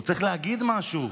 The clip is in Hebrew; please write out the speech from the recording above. הוא צריך להגיד משהו.